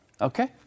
Okay